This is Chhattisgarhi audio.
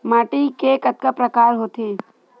माटी के कतका प्रकार होथे?